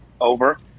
over